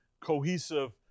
cohesive